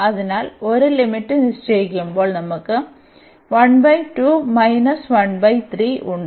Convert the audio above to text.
അതിനാൽ ഒരു ലിമിറ്റ് നിശ്ചയിക്കുമ്പോൾ നമുക്ക് ഉണ്ട്